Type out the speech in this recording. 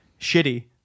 shitty